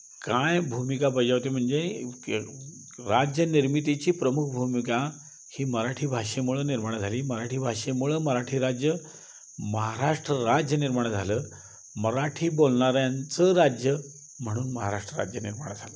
काय भूमिका बजावते म्हणजे राज्य निर्मितीची प्रमुख भूमिका ही मराठी भाषेमुळं निर्माण झाली मराठी भाषेमुळं मराठी राज्य महाराष्ट्र राज्य निर्माण झालं मराठी बोलणाऱ्यांचं राज्य म्हणून महाराष्ट्र राज्य निर्माण झालं